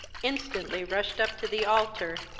instantly rushed up to the altar,